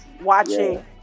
Watching